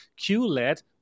QLED